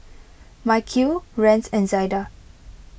Mikeal Rance and Zaida